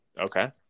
Okay